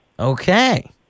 Okay